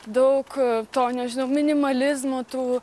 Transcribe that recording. daug to nežinau minimalizmo tų